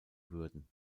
würden